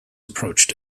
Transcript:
approached